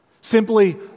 Simply